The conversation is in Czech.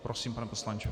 Prosím, pane poslanče.